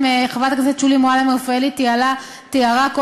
או כפי שחברת הכנסת שולי מועלם-רפאלי תיארה קודם,